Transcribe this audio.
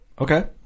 Okay